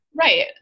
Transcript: Right